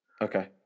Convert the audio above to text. Okay